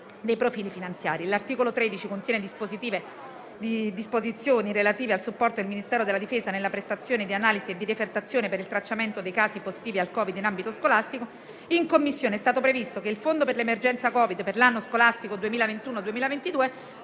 grazie a tutti